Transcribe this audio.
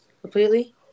completely